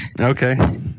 okay